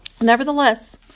Nevertheless